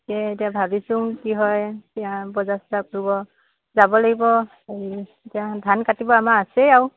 এ এতিয়া ভাবিছো কি হয় এতিয়া বজাৰ চজাৰ কৰিব যাব লাগিব এতিয়া ধান কাটিব আমাৰ আছে আৰু